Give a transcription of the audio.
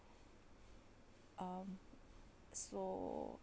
um so